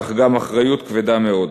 אך גם אחריות כבדה מאוד.